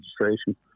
registration